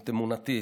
ואת אמונתי.